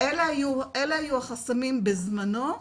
אלה היו החסמים בזמנו,